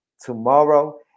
tomorrow